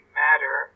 matter